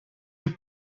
een